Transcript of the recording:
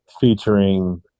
featuring